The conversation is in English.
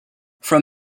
from